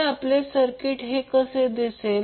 तर आपले सर्किट कसे दिसेल